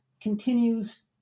continues